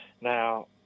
now